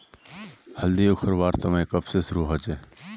हल्दी उखरवार समय कब से शुरू होचए?